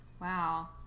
Wow